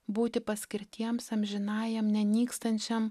būti paskirtiems amžinajam nenykstančiam